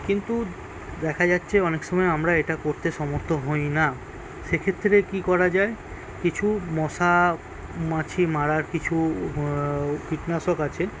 কিন্তু দেখা যাচ্ছে অনেক সময় আমরা এটা করতে সমর্থ হই না সেক্ষেত্রে কী করা যায় কিছু মশা মাছি মারার কিছু কীটনাশক আছে